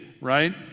right